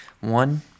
One